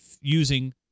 using